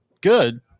good